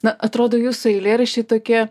na atrodo jūsų eilėraščiai tokie